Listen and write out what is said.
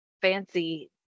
fancy